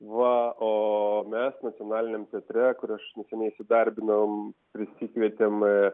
va o mes nacionaliniam teatre kur aš neseniai įsidarbinau prisikvietėm